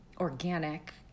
organic